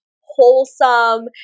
wholesome